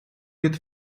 від